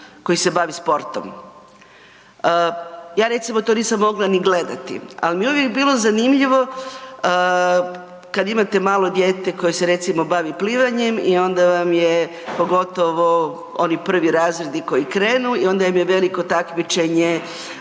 koje se bavi sportom. Ja recimo to nisam mogla ni gledati, ali mi je uvijek bilo zanimljivo kad imate malo dijete koje se recimo bavi plivanjem i onda vam je pogotovo oni prvi razredi koji krenu i onda im je veliko takmičenje